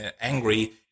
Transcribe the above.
angry